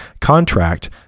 contract